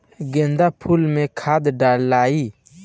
गेंदा फुल मे खाद डालाई?